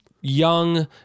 young